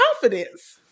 confidence